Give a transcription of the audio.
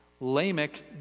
Lamech